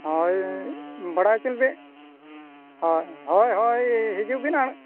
ᱦᱚᱭ ᱵᱟᱲᱟᱭ ᱦᱮᱸ ᱦᱚᱭ ᱦᱚᱭ ᱦᱤᱡᱩᱜᱵᱤᱱ ᱟᱨ